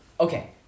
Okay